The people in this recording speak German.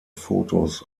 fotos